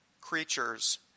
creatures